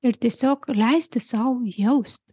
ir tiesiog leisti sau jaust